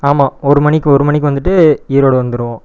ஆமாம் ஒரு மணிக்கு ஒரு மணிக்கு வந்துவிட்டு ஈரோடு வந்துரும்